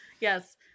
Yes